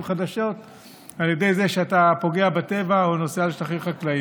חדשות על ידי זה שאתה פוגע בטבע או נוסע על שטחים חקלאיים.